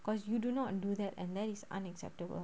cause you do not do that and that is unacceptable